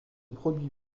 produit